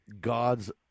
God's